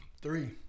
Three